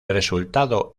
resultado